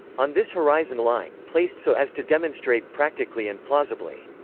on this horizon line, placed so as to demonstrate practically and plausibly.